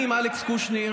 אני עם אלכס קושניר,